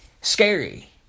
Scary